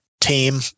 team